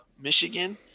Michigan